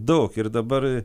daug ir dabar